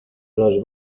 los